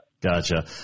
Gotcha